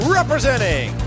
representing